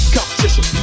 Competition